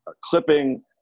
clipping